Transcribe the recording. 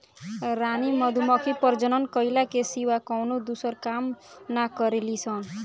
रानी मधुमक्खी प्रजनन कईला के सिवा कवनो दूसर काम ना करेली सन